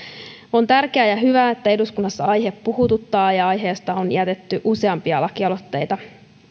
on tärkeää ja hyvää että eduskunnassa aihe puhututtaa ja aiheesta on jätetty useampia lakialoitteita